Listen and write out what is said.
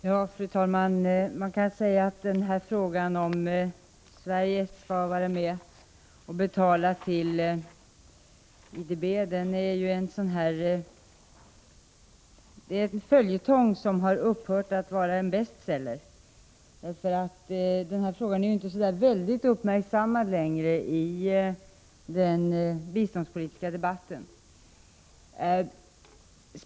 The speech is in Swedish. Fru talman! Man kan säga att frågan om huruvida Sverige skall vara med och ge bidrag till IDB är en följetong som har upphört att vara en bestseller. Frågan är inte längre så uppmärksammad i den biståndspolitiska debatten.